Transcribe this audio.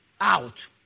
out